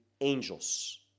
angels